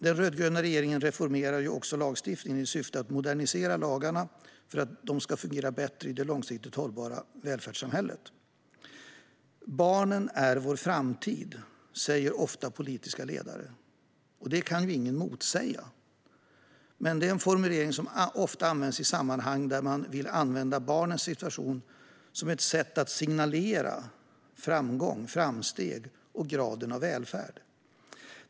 Den rödgröna regeringen reformerar också lagstiftningen i syfte att modernisera lagarna för att de ska fungera bättre i det långsiktigt hållbara välfärdssamhället. Barnen är vår framtid, säger politiska ledare ofta. Och det kan ingen motsäga. Men det är en formulering som ofta används i sammanhang där man vill använda barnens situation som ett sätt att signalera framgång, framsteg och graden av välfärd.